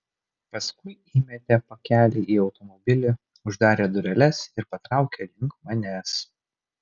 paskui įmetė pakelį į automobilį uždarė dureles ir patraukė link manęs